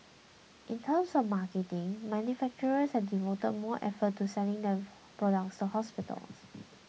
in terms of marketing manufacturers have devoted more effort to selling their products to hospitals